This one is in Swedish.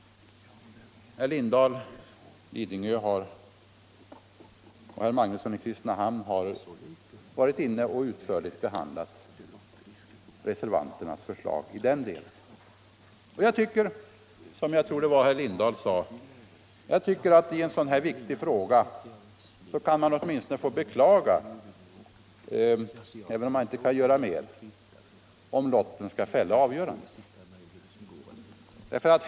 Herr Lindahl i Lidingö och herr Magnusson i Kristinehamn har utförligt behandlat reservanternas förslag i den delen. Och jag tycker, jag tror det var herr Lindahl som sade det, att i en sådan här viktig fråga kan man åtminstone få beklaga, även om man inte kan göra mer, att kanske lotten kommer att fälla avgörandet.